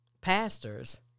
pastors